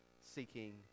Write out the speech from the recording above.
seeking